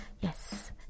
Yes